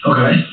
Okay